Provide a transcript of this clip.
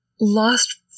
lost